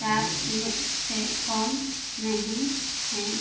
start में से कम नहीं है